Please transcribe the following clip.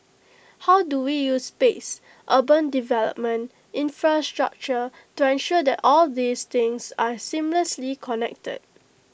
how do we use space urban development infrastructure to ensure that all these things are seamlessly connected